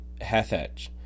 Hathach